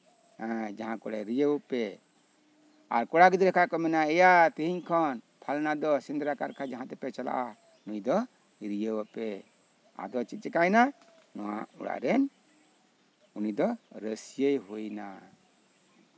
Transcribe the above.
ᱡᱟᱦᱟᱸ ᱠᱚᱨᱮ ᱨᱤᱭᱟᱹᱣ ᱮᱯᱮ ᱟᱨ ᱠᱚᱲᱟ ᱜᱤᱫᱽᱨᱟᱹ ᱠᱷᱟᱱ ᱢᱮᱱ ᱟᱠᱚ ᱮᱭᱟ ᱛᱮᱦᱮᱧ ᱠᱷᱚᱱ ᱯᱷᱟᱞᱱᱟ ᱫᱚ ᱥᱮᱸᱫᱽᱨᱟ ᱠᱟᱨᱠᱟ ᱡᱟᱦᱟᱸ ᱛᱮᱯᱮ ᱪᱟᱞᱟᱜᱼᱟ ᱱᱩᱭ ᱫᱚ ᱨᱤᱭᱟᱹᱣ ᱮᱯᱮ ᱟᱫᱚ ᱪᱤᱠᱟᱭᱮᱱᱟ ᱱᱚᱣᱟ ᱚᱲᱟᱜᱨᱮᱱ ᱩᱱᱤ ᱫᱚ ᱨᱟᱹᱥᱭᱟᱹᱭ ᱦᱩᱭ ᱮᱱᱟ